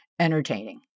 entertaining